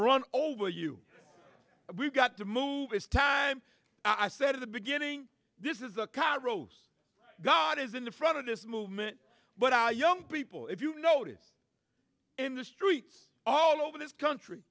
run over you we've got to move it's time i said at the beginning this is the car rose god is in the front of this movement but our young people if you notice in the streets all over this country